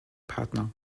partner